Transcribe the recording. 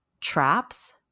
traps